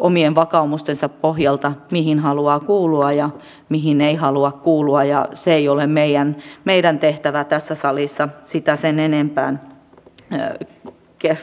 omien vakaumustensa pohjalta mihin haluaa kuulua ja mihin ei halua kuulua eikä ole meidän tehtävämme tässä salissa sitä sen enempää käsitellä